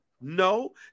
no